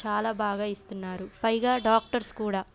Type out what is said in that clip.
చాలా బాగా ఇస్తున్నారు పైగా డాక్టర్స్ కూడా